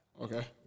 Okay